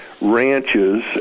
ranches